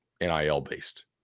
NIL-based